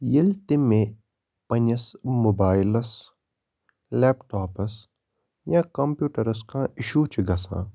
ییلہِ تہِ مےٚ پَنٛنِس موبایِلَس لیپٹاپَس یا کَمپیوٗٹَرَس کانٛہہ اِشوٗ چھِ گژھان